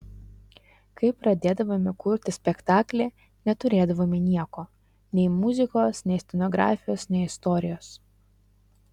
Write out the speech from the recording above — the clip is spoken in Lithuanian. kai pradėdavome kurti spektaklį neturėdavome nieko nei muzikos nei scenografijos nei istorijos